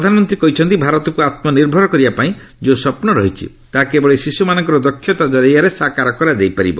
ପ୍ରଧାନମନ୍ତ୍ରୀ କହିଛନ୍ତି ଭାରତକୁ ଆତ୍ମନିର୍ଭର କରିବା ପାଇଁ ଯେଉଁ ସ୍ୱପୁ ରହିଛି ତାହା କେବଳ ଏହି ଶିଶୁମାନଙ୍କର ଦକ୍ଷତା ଜରିଆରେ ସାକାର କରାଯାଇ ପାରିବ